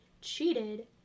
cheated